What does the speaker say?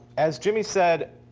as jimmy said,